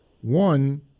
One